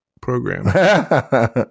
program